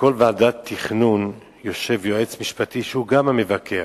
שבכל ועדת תכנון יושב יועץ משפטי, שהוא גם המבקר.